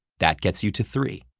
that gets you to three.